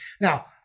Now